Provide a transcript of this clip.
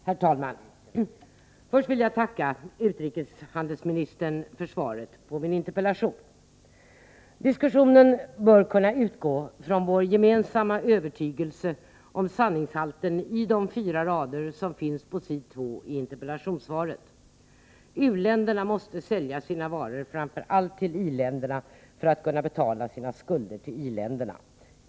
Herr talman! Först vill jag tacka utrikeshandelsministern för svaret på min interpellation. Diskussionen bör kunna utgå från vår gemensamma övertygelse i fråga om sanningshalten i de fyra rader som återfinns på s.2, andra stycket i interpellationssvaret: ”U-länderna måste sälja sina varor framför allt till i-länderna för att kunna betala sina skulder till i-länder.